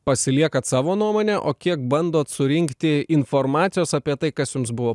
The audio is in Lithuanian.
pasiliekat savo nuomonę o kiek bandot surinkti informacijos apie tai kas jums buvo